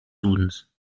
dudens